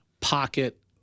pocket